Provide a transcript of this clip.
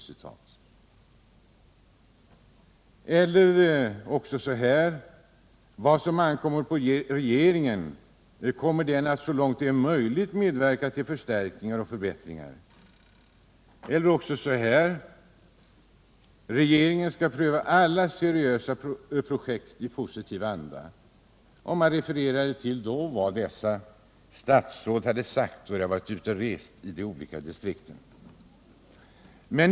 Vidare hette det att vad som ankommer på regeringen kommer den ”att så långt det är möjligt medverka till förstärkningar och förbättringar”. Ett annat uttalande var att regeringen skall pröva alla seriösa projekt i en positiv anda. Utskottet refererade alltså till vad dessa statsråd hade sagt då de hade varit ute och rest i de olika distrikten.